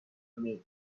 myth